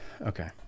Okay